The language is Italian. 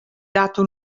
dato